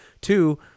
Two